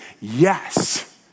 yes